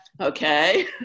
okay